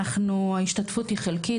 ההשתתפות היא חלקית,